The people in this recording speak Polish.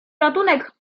ratunek